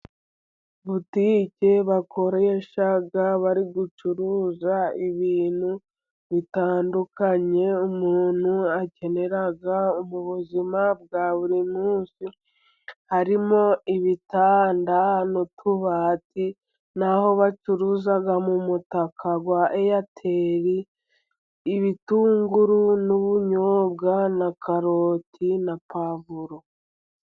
Butike bakoresha bari gucuruza ibintu bitandukanye umuntu akenera mu buzima bwa buri munsi. Harimo ibitanda n'utubati n'aho bacuruza mu mutaka wa airtel, ibitunguru n'ubunyobwa, na karoti na pwavuro.